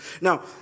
now